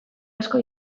asko